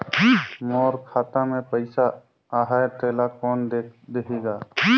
मोर खाता मे पइसा आहाय तेला कोन देख देही गा?